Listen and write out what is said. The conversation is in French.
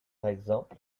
exemple